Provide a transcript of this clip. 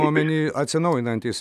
omeny atsinaujinantys